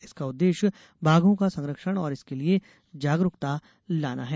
इसका उद्देश्य बाघों का संरक्षण और इसके लिए जागरुकता लाना है